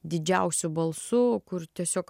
didžiausiu balsu kur tiesiog